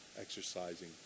exercising